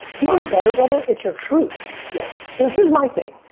even better brother, it's your truth. yeah you know here's my thing.